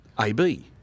A-B